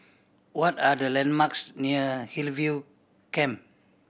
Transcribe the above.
what are the landmarks near Hillview Camp